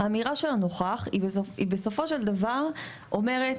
האמירה של הנוכח, היא בסופו של דבר אומרת